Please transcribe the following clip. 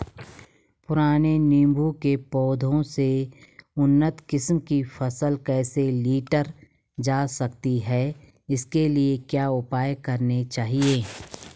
पुराने नीबूं के पौधें से उन्नत किस्म की फसल कैसे लीटर जा सकती है इसके लिए क्या उपाय करने चाहिए?